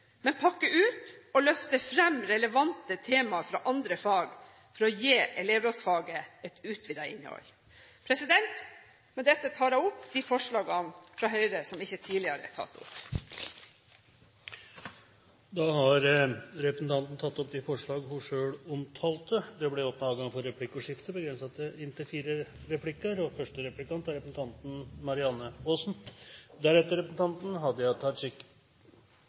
men pakke ut og løfte fram relevante temaer fra andre fag for å gi elevrådsfaget et utvidet innhold. Med dette tar jeg opp forslagene fra Høyre og de forslagene som Høyre er medforslagsstiller til som ikke tidligere er tatt opp. Representanten Elisabeth Aspaker har tatt opp de forslagene hun omtalte. Det blir åpnet for replikkordskifte.